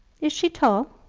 is she tall?